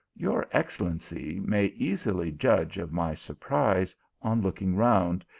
your excellency may easily judge of my surprise on looking round,